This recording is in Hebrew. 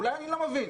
אולי אני לא מבין.